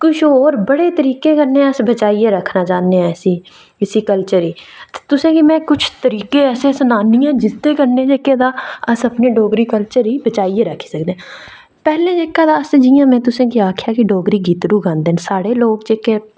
किश होर बड़े तरीके कन्नै अस बचाइयै रक्खना चाह्न्ने आं इसी कल्चर गी तुसें गी में किश तरीके ऐसे सनान्नी आं जिसदे कन्नै एह्दा एह् अपने डोगरी कल्च र गी बचाइयै रक्खी सकने आं पैह्लें गै घरै दा अस में तुसें गी जि'यां आखेआ में तुसें गी डोगरी गितड़ू गांदे न सारे लोक जेह्के